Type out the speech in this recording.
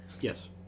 Yes